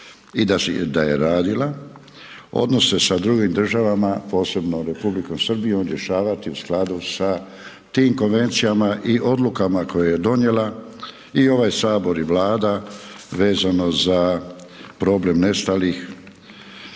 i da je radila, odnose sa drugim državama, posebno sa Republikom Srbijom, rješavati u skladu sa tim konvencijama i odlukama koje je donijela i ovaj Sabor i Vlada vezano za problem nestalih